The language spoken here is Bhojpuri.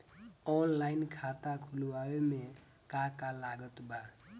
ऑनलाइन खाता खुलवावे मे का का लागत बा?